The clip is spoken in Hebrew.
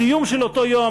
הסיום של אותו יום,